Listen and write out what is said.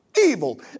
evil